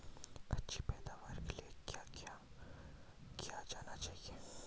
अच्छी पैदावार के लिए क्या किया जाना चाहिए?